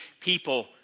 people